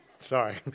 Sorry